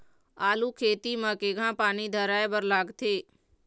आलू खेती म केघा पानी धराए बर लागथे?